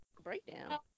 breakdown